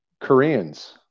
Koreans